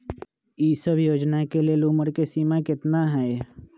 ई सब योजना के लेल उमर के सीमा केतना हई?